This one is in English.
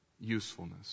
usefulness